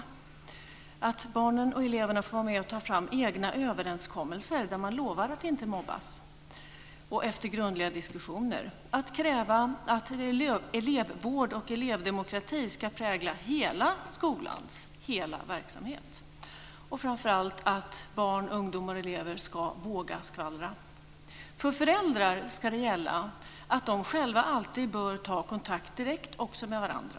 Barnen och eleverna ska, efter grundliga diskussioner, få vara med och ta fram egna överenskommelser där man lovar att inte mobba. Man ska kräva att elevvård och elevdemokrati ska prägla hela skolans hela verksamhet. Framför ska barn, ungdomar och elever våga skvallra. För föräldrar ska följande gälla. De bör också själva alltid ta kontakt direkt med varandra.